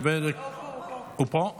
הוא פה?